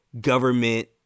government